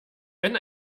wenn